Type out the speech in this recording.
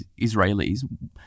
Israelis